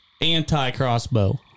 anti-crossbow